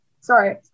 sorry